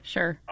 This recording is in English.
Sure